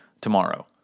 tomorrow